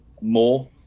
more